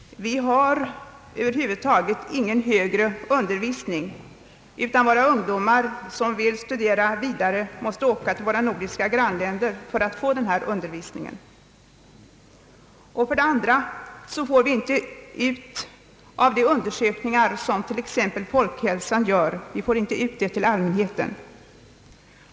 Vi har över huvud taget ingen högre undervisning, utan våra ungdomar som vill studera vidare måste åka till våra nordiska grannländer för att få denna undervisning. För det andra får vi inte ut de undersökningar som t.ex. Folkhälsan gör till allmänheten.